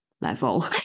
level